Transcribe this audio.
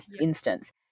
instance